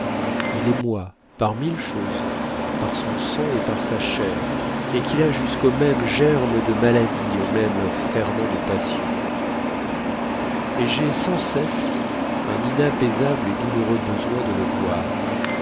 il est moi par mille choses par son sang et par sa chair et qu'il a jusqu'aux mêmes germes de maladies aux mêmes ferments de passions et j'ai sans cesse un inapaisable et douloureux besoin de le voir